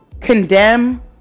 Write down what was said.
condemn